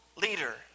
leader